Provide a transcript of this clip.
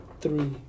three